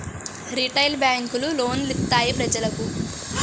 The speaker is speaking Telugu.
రిటైలు బేంకులు లోను లిత్తాయి పెజలకు